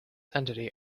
entity